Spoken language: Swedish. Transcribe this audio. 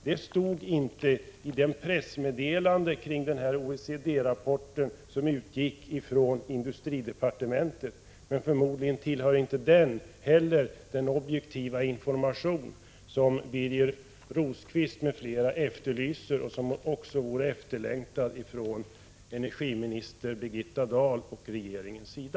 Det stod inte i det pressmeddelande kring denna OECD-rapport som utgick från industridepartementet, men förmodligen tillhör inte den heller den objektiva information som Birger Rosqvist m.fl. efterlyser och som också vore efterlängtad när det gäller information från energiminister Birgitta Dahl och från regeringens sida.